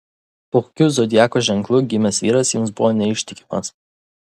po kokiu zodiako ženklu gimęs vyras jums buvo neištikimas